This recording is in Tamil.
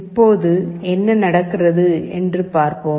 இப்போது என்ன நடக்கிறது என்று பார்ப்போம்